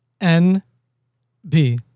N-B